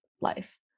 life